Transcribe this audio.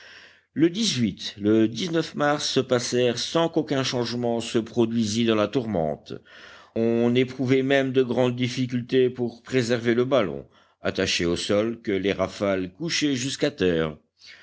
le le mars se passèrent sans qu'aucun changement se produisît dans la tourmente on éprouvait même de grandes difficultés pour préserver le ballon attaché au sol que les rafales couchaient jusqu'à terre